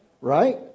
Right